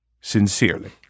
Sincerely